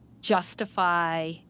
justify